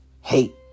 hate